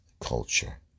culture